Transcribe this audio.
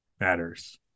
Matters